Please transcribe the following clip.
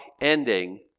ending